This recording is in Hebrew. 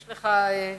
יש לך שאילתא.